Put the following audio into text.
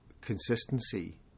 consistency